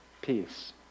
peace